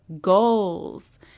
Goals